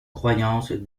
croyance